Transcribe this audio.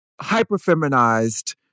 hyper-feminized